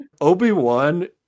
Obi-Wan